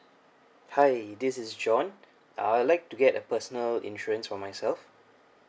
hi this is john uh I like to get a personal insurance for myself